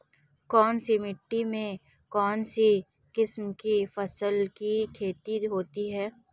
कौनसी मिट्टी में कौनसी किस्म की फसल की खेती होती है?